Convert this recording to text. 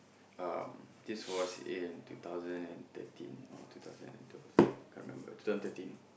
um this was in two thousand and thirteen or two thousand and twelve can't remember two thousand thirteen